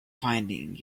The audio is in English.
finding